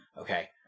Okay